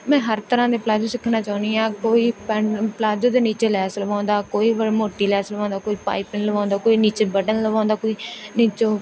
ਮੈਂ ਹਰ ਤਰ੍ਹਾਂ ਦੇ ਪਲਾਜੋ ਸਿੱਖਣਾ ਚਾਹੁੰਦੀ ਹਾਂ ਕੋਈ ਪੇਂ ਪਲਾਜੋ ਦੇ ਨੀਚੇ ਲੈਸ ਲਗਵਾਉਂਦਾ ਕੋਈ ਮੋਟੀ ਲੈਸ ਲਗਵਾਉਂਦਾ ਕੋਈ ਪਾਈਪੀਨ ਲਗਵਾਉਂਦਾ ਕੋਈ ਨੀਚੇ ਬਟਨ ਲਗਵਾਉਂਦਾ ਕੋਈ ਨੀਚੋਂ